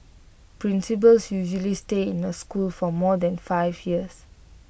principals usually stay in A school for more than five years